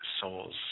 souls